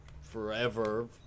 forever